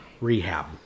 rehab